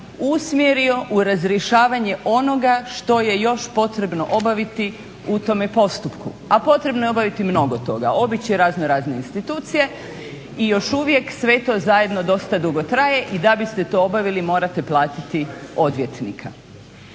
usmjerio u razrješavanje onoga što je još potrebno obaviti u tome postupku, a potrebno je obaviti mnogo toga, obići raznorazne institucije i još uvijek sve to zajedno dosta dugo traje i da biste to obavili morate platiti odvjetnika.